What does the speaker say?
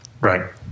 Right